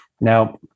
Now